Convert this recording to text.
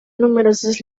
numerosos